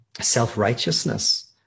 self-righteousness